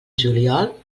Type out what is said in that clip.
juliol